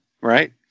right